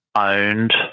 owned